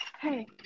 Hey